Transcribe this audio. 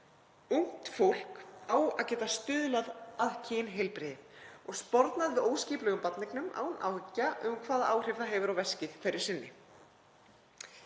Ungt fólk á að geta stuðlað að kynheilbrigði og sporna við óskipulegum barneignum án áhyggja um hvaða áhrif það hefur á veskið hverju sinni.